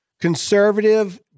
conservative